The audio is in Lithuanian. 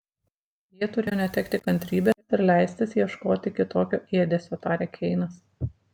jie turėjo netekti kantrybės ir leistis ieškoti kitokio ėdesio tarė keinas